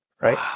Right